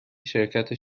شرکت